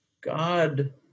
God